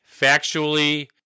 factually